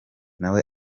nawe